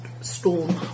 storm